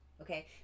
Okay